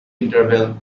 interval